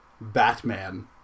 batman